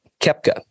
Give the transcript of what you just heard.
Kepka